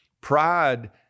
Pride